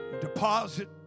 deposit